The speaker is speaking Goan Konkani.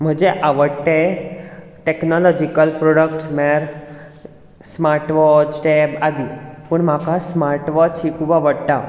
म्हजें आवडटें टॅक्नोलोजिकल प्रोडक्ट्स म्हळ्यार स्मार्टवॉच टॅब आदी पूण म्हाका स्मार्टवॉच ही खूब आवडटा